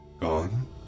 Gone